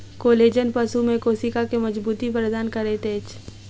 collagen पशु में कोशिका के मज़बूती प्रदान करैत अछि